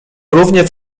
równie